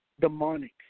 Demonic